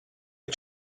you